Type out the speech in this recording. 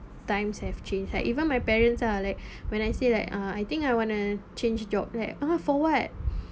times have changed like even my parents lah like when I say like uh I think I want to change job leh ah for what